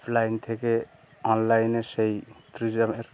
offline থেকে অনলাইনে সেই ট্যুরিজমের